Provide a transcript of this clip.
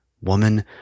Woman